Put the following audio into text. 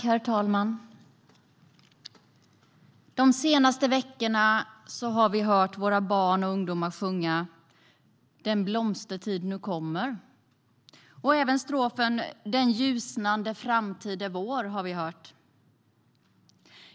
Herr talman! De senaste veckorna har vi hört våra barn och ungdomar sjunga "Den blomstertid nu kommer" och även strofen "den ljusnande framtid är vår".